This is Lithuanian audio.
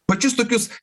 pačius tokius